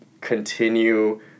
continue